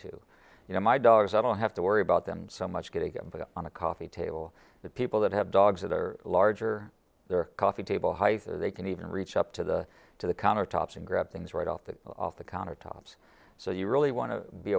to you know my dogs i don't have to worry about them so much getting them but on a coffee table the people that have dogs that are larger their coffee table height they can even reach up to the to the counter tops and grab things right off the off the counter tops so you really want to be